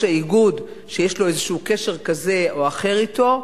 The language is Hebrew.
האיגוד שיש לו איזה קשר כזה או אחר אתו,